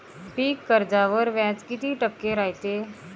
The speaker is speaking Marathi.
पीक कर्जावर व्याज किती टक्के रायते?